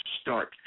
start